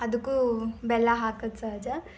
ಅದಕ್ಕೂ ಬೆಲ್ಲ ಹಾಕುದು ಸಹಜ